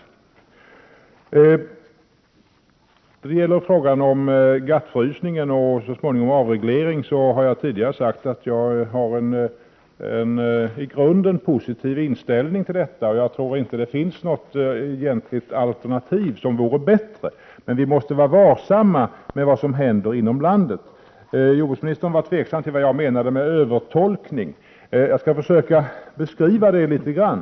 När det gäller frågan om GATT-frysningen och så småningom om avreglering har jag tidigare sagt att jag har en i grunden positiv inställning till detta. Jag tror inte att det finns något egentligt alternativ som vore bättre. Vi måste emellertid vara varsamma med vad som händer inom landet. Jordbruksministern var tveksam till vad jag menade med övertolkning. Jag skall försöka beskriva det litet grand.